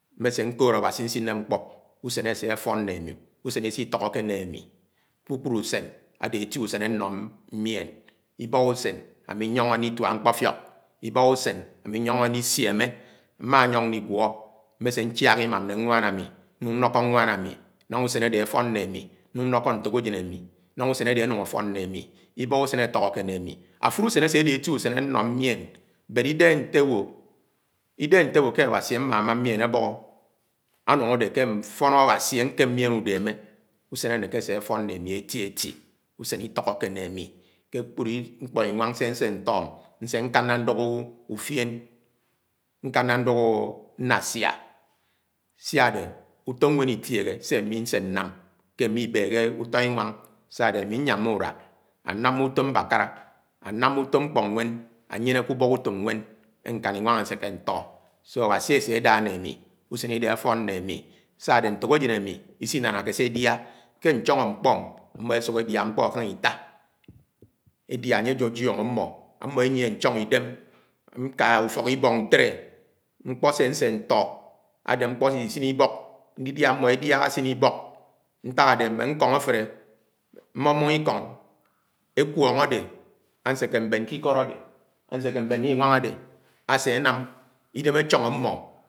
Mmèsè ñkód Awasi ñsine ñkpọ. Úsén asefoñ ne ami usen isitohọké ne ami, kpúkprú usén adé oti usén anọ mien. Itáhá úsén nyoñgo ñlituá ñkpofiók, ilàhá usén ami ñyonyo ñli sómé. Mma ñyọng ñliguo mmese ncha imán ne ñwán ami náng nlọkọ nwán ami ñańga úsé ali afon né ami nung ñlọkọ nkokajon ami, nãnga usén adé anung afón ne ami ibáhá usen otikóké ne ami. Usúke usen ase ade eti usén ánọ mién adé idéhé ntiwó Awasi akóm nyien údómé usén anéké ase afón né ami eti eti, úsen itọhọké ne ami. Kpúkprú ñkpọ inwáng se ansé ntọ, nse nkáná ndúk ufien, ñkána ndúk ññásia sa-ádé utóm nwón itiéhe se ami nse nam ke mibéhé útó inwáng. Sa-ade ami nyáma úruá, námá utóm mbákálá, námá utom nkpọ nwen ányénéké úbók utóm nwén nkáñ inwáng aséké ntọ. Awasi ase adá né ami, usen ide áfón né ami. Sa-ade ntọkájón ami isinánáké sé ediá ke ñchọnọ ñkpọ m’mmo esúk edia nkpo akánga ita. Ediá an̄ye ajúojúongó ámo, mmo en̄yie ñchòng idém, nua ufok ibok ntile, ñkpọ se ánse ntọ ade nkpọ se isisiñe ibok. Ndidia ámọ ediá asiné ibọk, nták ade mme nkóng afele, mm̄ọng-mm̄ọng ikọñg, ekwọñg adé anséké mbén ké ñkọd adé ase ánám idém achọñg mm̄ọng.